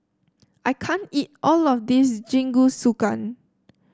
I can't eat all of this Jingisukan